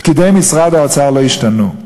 פקידי משרד האוצר לא השתנו,